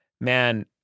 man